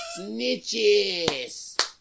Snitches